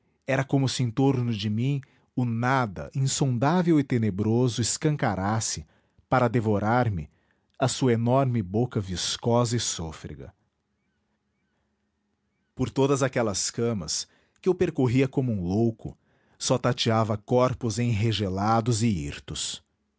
era como se em torno de mim o nada insondável e tenebroso escancarasse para devorar me a sua enorme boca viscosa e sôfrega por todas aquelas camas que eu percorria como um louco só tateava corpos enregelados e hirtos não